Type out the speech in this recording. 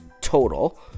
total